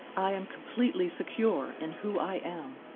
i am completely secure in who i am.